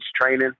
training